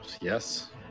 Yes